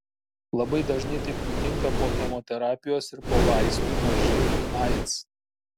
labai dažnai taip nutinka po chemoterapijos ir po vaistų nuo živ aids